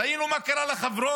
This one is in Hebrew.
ראינו מה קרה לחברות